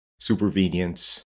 supervenience